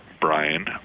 Brian